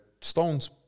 Stones